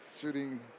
shooting